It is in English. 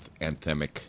anthemic